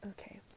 Okay